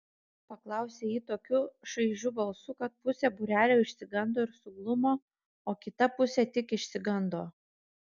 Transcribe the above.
paklausė ji tokiu šaižiu balsu kad pusė būrelio išsigando ir suglumo o kita pusė tik išsigando